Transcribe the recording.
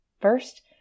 First